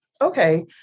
Okay